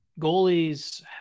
goalies